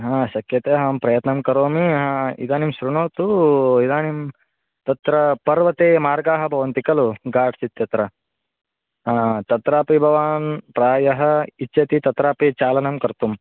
हा शक्यते अहं प्रयत्नं करोमि हा इदानीं श्रुणोतु इदानीं तत्र पर्वते मार्गाः भवन्ति खलु घाट्स् इत्यत्र हा तत्रापि भवान् प्रायः इच्छति तत्रापि चालनं कर्तुम्